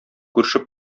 күрше